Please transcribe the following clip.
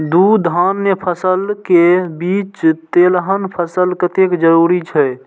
दू धान्य फसल के बीच तेलहन फसल कतेक जरूरी छे?